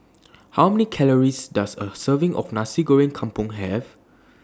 How Many Calories Does A Serving of Nasi Goreng Kampung Have